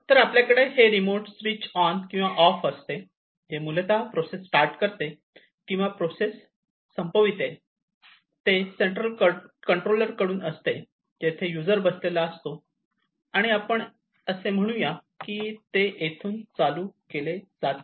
तर आपल्याकडे हे रिमोट स्विच ओन किंवा ऑफ असते जे मूलतः प्रोसेस स्टार्ट करते किंवा प्रोसेस संपवि ते आणि ते सेंट्रल कंट्रोलर कडून असते जेथे यूजर बसलेला असतो आणि आपण असे म्हणू या की तेथून ते चालू केले जाते